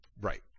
right